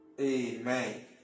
Amen